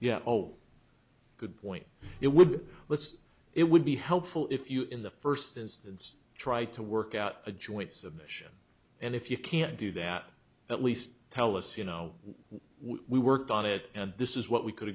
yeah oh good point it would let's it would be helpful if you in the first instance try to work out a joint submission and if you can't do that at least tell us you know we worked on it and this is what we could